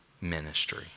ministry